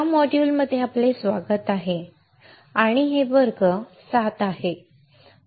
या मॉड्युलमध्ये आपले स्वागत आहे आणि हे वर्ग 7 आहेत